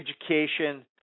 education